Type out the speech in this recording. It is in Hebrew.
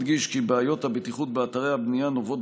אדגיש כי בעיות הבטיחות באתרי הבנייה נובעות